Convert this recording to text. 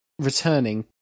Returning